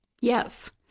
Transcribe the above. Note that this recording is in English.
Yes